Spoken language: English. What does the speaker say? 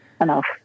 enough